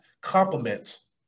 complements